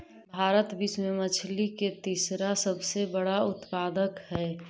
भारत विश्व में मछली के तीसरा सबसे बड़ा उत्पादक हई